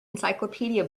encyclopedia